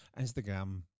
Instagram